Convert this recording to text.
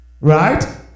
Right